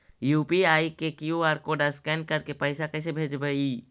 UPI के QR code scan करके पैसा कैसे भेजबइ?